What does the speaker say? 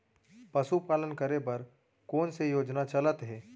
पशुपालन करे बर कोन से योजना चलत हे?